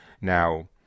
now